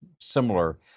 similar